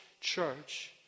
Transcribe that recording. church